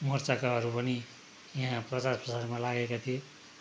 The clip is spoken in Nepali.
मोर्चाकाहरू पनि यहाँ प्रचार प्रसारमा लागेका थिए